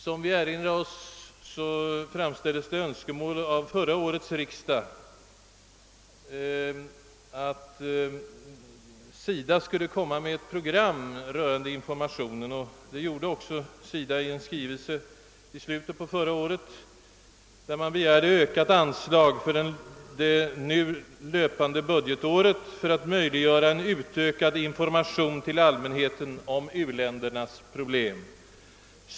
Som vi erinrar oss framfördes önskemål av förra årets riksdag att SIDA skulle öka informationen rörande u-länderna. I en särskild skrivelse i slutet av förra året begärde SIDA därför större anslag för det nu löpande budgetåret för att möjliggöra ökad information till allmänheten om u-ländernas. problem.